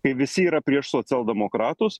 kai visi yra prieš socialdemokratus